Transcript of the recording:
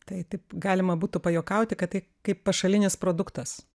tai taip galima būtų pajuokauti kad tai kaip pašalinis produktas